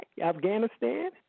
Afghanistan